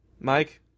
Mike